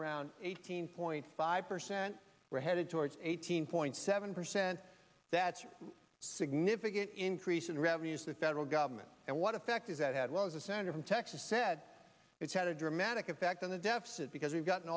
around eighteen point five percent we're headed towards eighteen point seven percent that's a significant increase in revenues the federal government and what effect is that had was a senator from texas said it's had a dramatic effect on the deficit because we've gotten